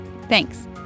Thanks